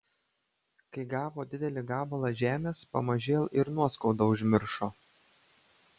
kai gavo didelį gabalą žemės pamažėl ir nuoskaudą užmiršo